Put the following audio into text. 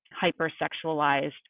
hyper-sexualized